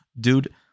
Dude